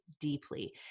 deeply